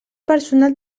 personal